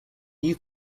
new